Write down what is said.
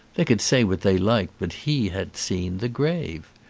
they could say what they liked, but he had seen the grave.